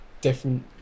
different